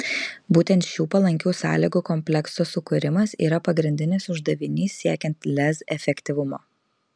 būtent šių palankių sąlygų komplekso sukūrimas yra pagrindinis uždavinys siekiant lez efektyvumo